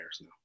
now